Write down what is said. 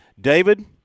David